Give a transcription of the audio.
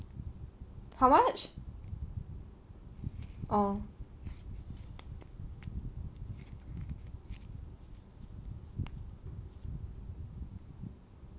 how much orh